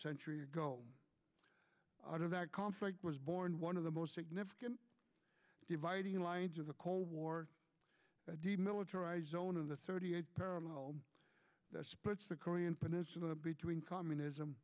century ago out of that conflict was born one of the most significant dividing lines of the cold war the demilitarized zone of the thirty eighth parallel that splits the korean peninsula between communism